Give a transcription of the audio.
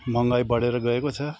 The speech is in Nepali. महँगाई बढेर गएको छ